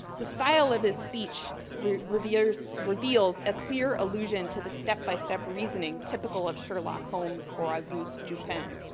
the style of his speech reveals reveals a clear allusion to the step-by-step reasoning typical of sherlock holmes or auguste dupin.